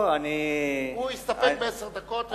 לא לא, אני, הוא יסתפק בעשר דקות שתהיינה מלאות.